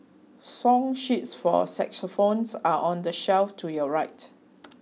song sheets for xylophones are on the shelf to your right